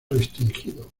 restringido